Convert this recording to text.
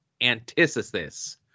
Antithesis